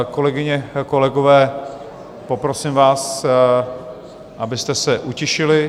Kolegyně a kolegové, poprosím vás, abyste se utišili.